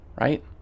right